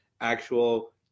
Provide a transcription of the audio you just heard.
actual